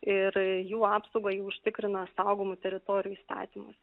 ir jų apsaugą jau užtikrina saugomų teritorijų įstatymas